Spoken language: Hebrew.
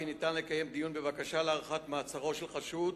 כי ניתן לקיים דיון בבקשה להארכת מעצרו של חשוד